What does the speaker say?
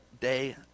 day